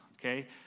Okay